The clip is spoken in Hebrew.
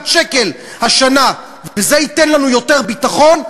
שקל השנה וזה ייתן לנו יותר ביטחון,